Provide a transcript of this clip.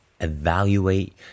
evaluate